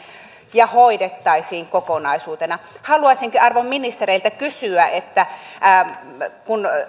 ja hoidettaisiin kokonaisuutena haluaisinkin arvon ministereiltä kysyä kun